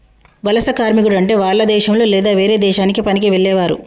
వలస కార్మికుడు అంటే వాల్ల దేశంలొ లేదా వేరే దేశానికి పనికి వెళ్లేవారు